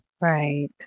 Right